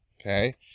okay